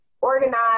organize